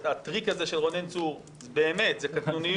הטריק של רונן צור זה קטנוניות,